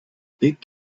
big